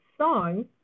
song